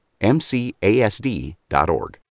MCASD.org